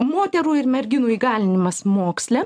moterų ir merginų įgalinimas moksle